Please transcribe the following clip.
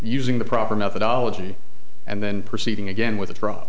using the proper methodology and then proceeding again with